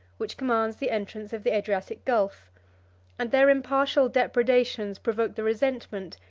which commands the entrance of the adriatic gulf and their impartial depredations provoked the resentment,